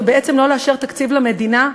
ובעצם לא לאשר תקציב למדינה?